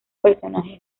personajes